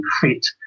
fit